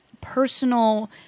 personal